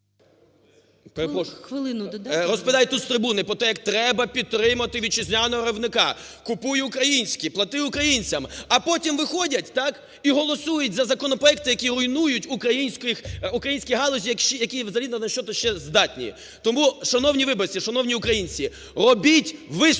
Розповідають тут, з трибуни, про те, як треба підтримати вітчизняного виробника "Купуй українське, плати українцям". А потім виходять і голосують за законопроекти, які руйнують українські галузі, які взагалі на щось іще здатні. Тому шановні виборці, шановні українці! Робіть висновки,